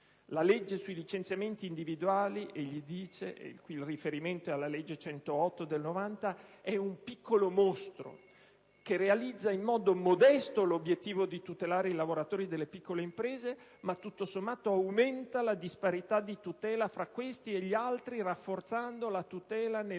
«La legge sui licenziamenti individuali» - egli afferma, e qui il riferimento è alla legge n. 108 del 1990 - «è un piccolo mostro che realizza in modo modesto l'obiettivo di tutelare i lavoratori delle piccole imprese, ma tutto sommato aumenta la disparità di tutela tra questi e gli altri, rafforzando la tutela nelle